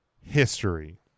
history